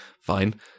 fine